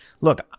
look